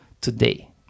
today